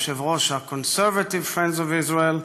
יושב-ראש ה-Conservative Friends of Israel,